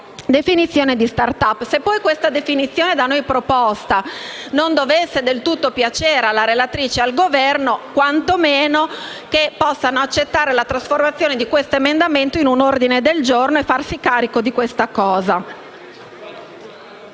definizione di *start up*. Se, poi, la definizione da noi proposta non dovesse del tutto piacere alla relatrice e al Governo, quantomeno chiedo che possano accettare la trasformazione del nostro emendamento in un ordine del giorno per farsi carico di tale